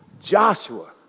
Joshua